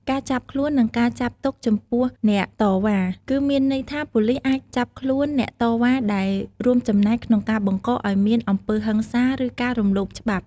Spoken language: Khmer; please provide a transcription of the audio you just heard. ការចាប់ខ្លួន និងការចាប់ទុកចំពោះអ្នកតវ៉ា គឺមានន័យថាប៉ូលីសអាចចាប់ខ្លួនអ្នកតវ៉ាដែលរួមចំណែកក្នុងការបង្កឲ្យមានអំពើហិង្សា ឬការរំលោភច្បាប់។